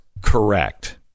Correct